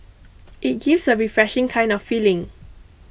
it gives a refreshing kind of feeling